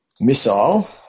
missile